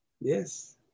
yes